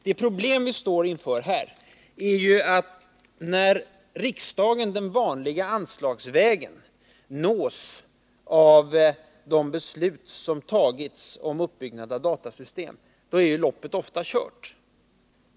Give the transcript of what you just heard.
De problem som vi står inför är att när riksdagen den vanliga anslagsvägen nås av de beslut som har fattats om uppbyggnad av datasystem är loppet ofta redan kört.